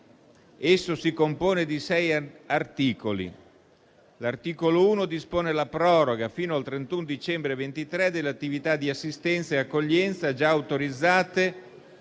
Esso si compone di 6 articoli. L'articolo 1 dispone la proroga - fino al 31 dicembre 2023 - delle attività di assistenza e accoglienza già autorizzate